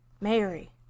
Mary